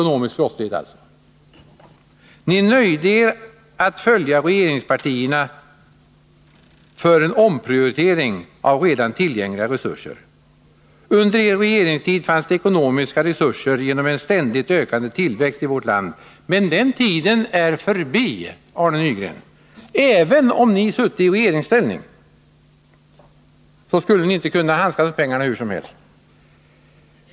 Ni nöjde er med att följa regeringspartierna för en omprioritering av redan tillgängliga resurser. Under er regeringstid fanns det ekonomiska resurser genom en ständigt ökande tillväxt i vårt land. Men den tiden är förbi, Arne Nygren. Även om ni sutte i regeringsställning skulle ni inte kunna handskas med pengarna hur som helst.